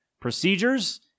procedures